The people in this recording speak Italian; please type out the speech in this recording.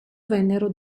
vennero